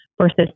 versus